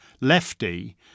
lefty